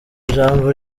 jambo